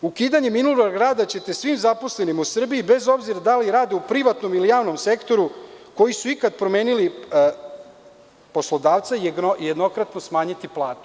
Ukidanjem minulog rada ćete svim zaposlenima u Srbiji, bez obzira da li rade u privatnom ili u javnom sektoru, koji su ikad promenili poslodavca, jednokratno smanjiti platu.